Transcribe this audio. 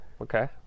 okay